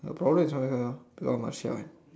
your problem is not with her it's all Marcia